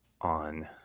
on